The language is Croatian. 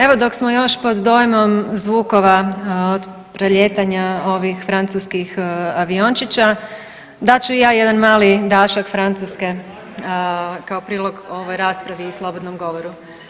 Evo dok smo još pod dojmom zvukova prelijetanja ovih Francuskih aviončića, dat ću ja jedan mali dašak Francuske kao prilog ovoj raspravi i slobodnom govoru.